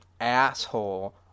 asshole